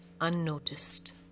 unnoticed